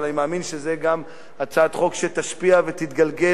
אבל אני מאמין שזו הצעת חוק שתשפיע ותתגלגל